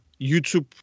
YouTube